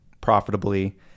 profitably